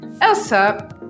Elsa